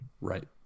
right